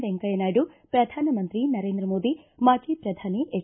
ವೆಂಕಯ್ನನಾಯ್ನು ಪ್ರಧಾನಮಂತ್ರಿ ನರೇಂದ್ರ ಮೋದಿ ಮಾಜಿ ಪ್ರಧಾನಿ ಎಚ್